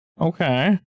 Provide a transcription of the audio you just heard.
okay